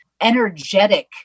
energetic